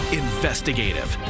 investigative